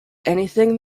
anything